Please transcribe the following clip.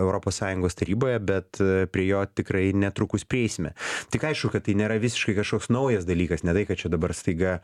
europos sąjungos taryboje bet prie jo tikrai netrukus prieisime tik aišku kad tai nėra visiškai kažkoks naujas dalykas ne tai kad čia dabar staiga